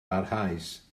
barhaus